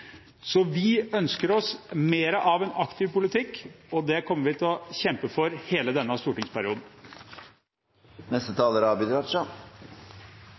Så vi ønsker oss mer av en aktiv politikk, og det kommer vi til å kjempe for hele denne